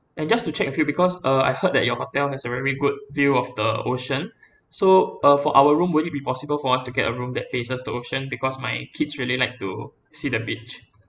and just to check with you because uh I heard that your hotel has a very good view of the ocean so uh for our room would it be possible for us to get a room that faces to ocean because my kids really like to see the beach